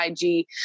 IG